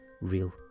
real